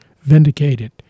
vindicated